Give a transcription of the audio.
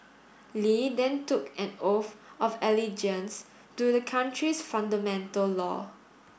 Li then took an oath of allegiance to the country's fundamental law